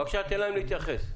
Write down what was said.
בבקשה, תן להם להתייחס.